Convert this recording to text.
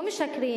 לא משקרים.